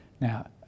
Now